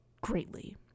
greatly